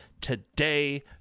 today